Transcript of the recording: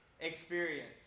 experience